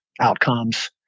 outcomes